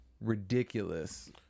ridiculous